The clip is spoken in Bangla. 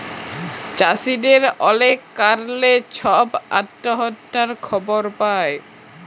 চাষীদের অলেক কারলে ছব আত্যহত্যার খবর পায়